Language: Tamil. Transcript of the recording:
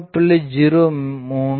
03 மீ ஆகும்